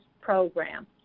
program